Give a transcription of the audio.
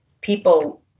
people